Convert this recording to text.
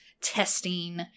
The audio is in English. testing